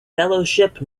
fellowship